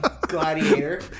Gladiator